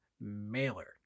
Mailer